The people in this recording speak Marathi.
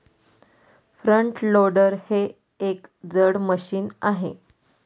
फ्रंट लोडर हे एक जड मशीन आहे